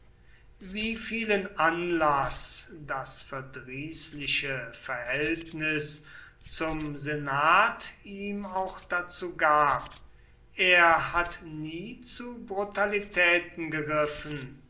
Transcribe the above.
wie vielen anlaß das verdrießliche verhältnis zum senat ihm auch dazu gab er hat nie zu brutalitäten